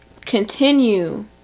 continue